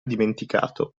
dimenticato